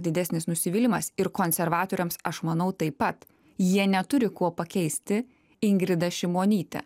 didesnis nusivylimas ir konservatoriams aš manau taip pat jie neturi kuo pakeisti ingridą šimonytę